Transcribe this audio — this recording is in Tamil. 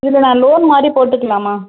இது நான் லோன் மாதிரி போட்டுக்கலாமா